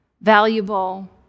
valuable